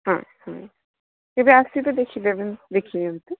ହଁ ହଁ ତେବେ ଆସିକି ଦେଖି ଦେବେ ଦେଖି ଦିଅନ୍ତୁ